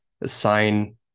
assign